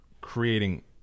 creating